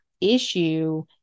issue